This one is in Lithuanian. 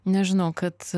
nežinau kad